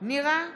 נירה שפק,